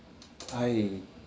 I